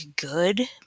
good